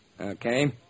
Okay